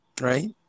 right